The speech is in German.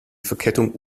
verkettung